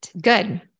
Good